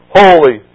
holy